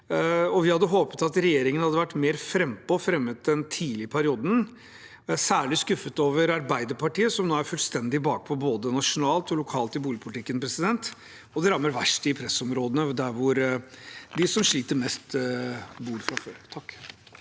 Vi hadde håpet at regjeringen hadde vært mer frampå og fremmet den tidlig i perioden, og vi er særlig skuffet over Arbeiderpartiet, som nå er fullstendig bakpå både nasjonalt og lokalt i boligpolitikken. Det rammer verst i pressområdene og der hvor de som sliter mest, bor fra før. Siri